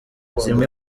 zimwe